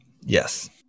Yes